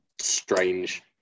strange